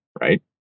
Right